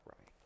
right